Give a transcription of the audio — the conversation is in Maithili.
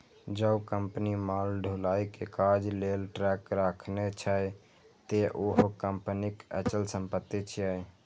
जौं कंपनी माल ढुलाइ के काज लेल ट्रक राखने छै, ते उहो कंपनीक अचल संपत्ति छियै